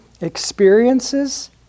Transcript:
experiences